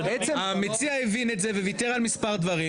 המציע הבין את זה וויתר על מספר דברים.